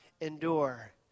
endure